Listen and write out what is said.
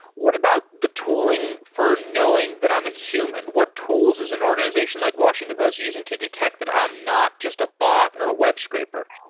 what about the tooling for knowing that i'm a human? what tools does an organization like washington post using to detect that i'm not just a bot or a web scraper?